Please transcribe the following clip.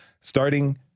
starting